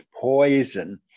poison